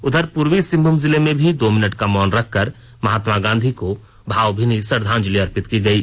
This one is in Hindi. उधर पूर्वी सिंहभूम जिले में भी दो मिनट का मौन रखकर महात्मा गांधी को भावभीनी श्रद्धांजलि अर्पित की गयी